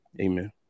Amen